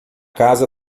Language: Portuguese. casa